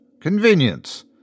convenience